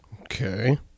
Okay